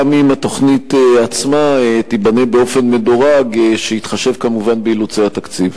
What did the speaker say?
גם אם התוכנית עצמה תיבנה באופן מדורג שיתחשב כמובן באילוצי התקציב.